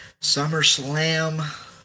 SummerSlam